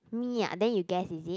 me ah then you guess is it